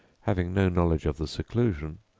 having no knowledge of the seclusion,